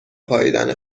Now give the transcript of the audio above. پائیدن